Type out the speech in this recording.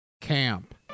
Camp